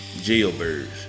jailbirds